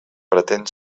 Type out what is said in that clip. pretén